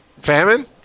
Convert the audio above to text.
Famine